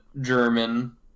German